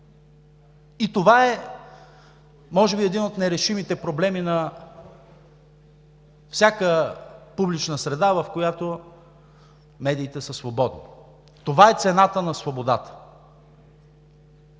и това е може би един от нерешимите проблеми на всяка публична среда, в която медиите са свободни. Това е цената на свободата.